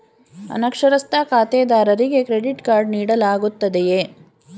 ಅನಕ್ಷರಸ್ಥ ಖಾತೆದಾರರಿಗೆ credit card ನೀಡಲಾಗುತ್ತದೆಯೇ?